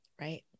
right